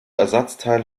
ersatzteil